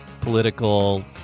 political